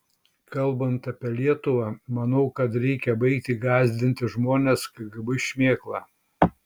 kalbant apie lietuvą manau kad reikia baigti gąsdinti žmones kgb šmėkla